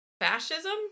fascism